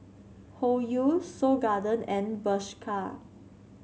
Hoyu Seoul Garden and Bershka